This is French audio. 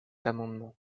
amendement